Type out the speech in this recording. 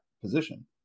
position